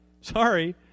Sorry